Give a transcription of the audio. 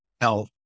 health